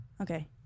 okay